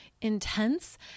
intense